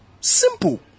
simple